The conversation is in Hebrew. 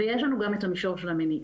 ויש לנו גם את המישור של המניעה.